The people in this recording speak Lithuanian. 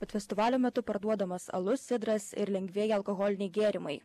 bet festivalio metu parduodamas alus sidras ir lengvieji alkoholiniai gėrimai